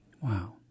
Wow